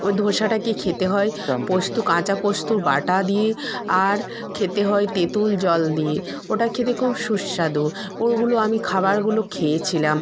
ওই ধোসাটাকে খেতে হয় পোস্ত কাঁচা পোস্ত বাটা দিয়ে আর খেতে হয় তেঁতুল জল দিয়ে ওটা খেতে খুব সুস্বাদু ওগুলো আমি খাবারগুলো খেয়েছিলাম